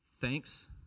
thanks